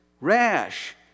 rash